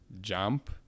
jump